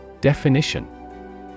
Definition